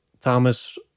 Thomas